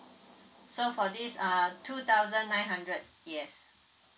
so for this err two thousand nine hundred yes